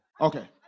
okay